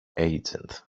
agent